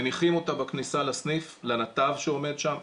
מניחים אותה בכניסה לסניף, לנתב שעומד שם.